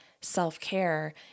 self-care